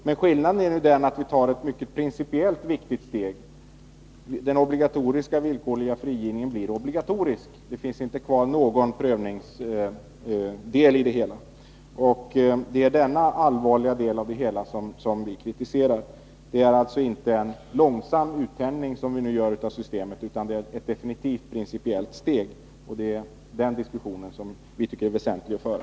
Men skillnaden är att vi nu tar ett principiellt mycket viktigt steg. Den villkorliga frigivningen blir obligatorisk. Det finns inte kvar någon prövningsdel i det hela. Denna allvarliga sak kritiserar vi. Det man nu gör innebär alltså inte en långsam uttänjning av systemet utan ett definitivt principiellt steg. Den diskussionen tycker vi är väsentlig att föra.